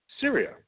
Syria